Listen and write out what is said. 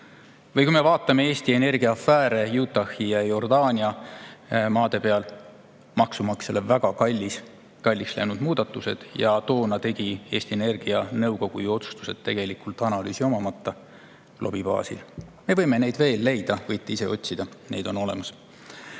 Või vaatame Eesti Energia afääre Utah' ja Jordaania maade peal: maksumaksjale väga kalliks läinud muudatused. Toona tegi Eesti Energia nõukogu otsustused ju tegelikult analüüsi omamata, lobi baasil. Me võime neid [näiteid] veel leida, võite ise otsida, need on olemas.